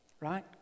right